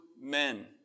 Men